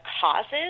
causes